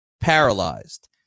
paralyzed